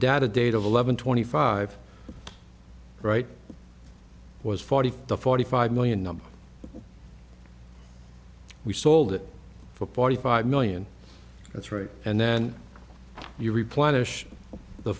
data date of eleven twenty five right was forty to forty five million number we sold it for forty five million that's right and then you replenish the